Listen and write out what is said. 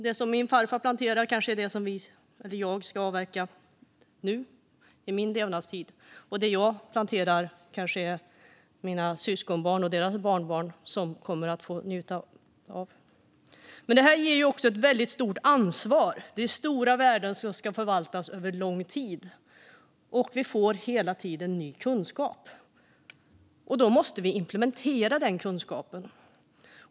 Det som min farfar planterade är det kanske jag som ska avverka nu, under min levnadstid. Och det som jag planterar kanske det är mina syskonbarn och deras barnbarn som får njuta av. Detta innebär också ett väldigt stort ansvar. Det är stora värden som ska förvaltas över lång tid. Vi får hela tiden ny kunskap, och den måste vi implementera.